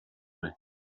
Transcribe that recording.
way